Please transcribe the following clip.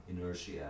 inertia